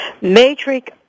Matrix